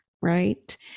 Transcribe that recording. right